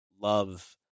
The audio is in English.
love